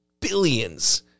billions